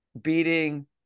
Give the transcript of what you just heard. beating